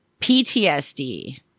PTSD